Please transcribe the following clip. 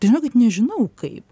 žinokit nežinau kaip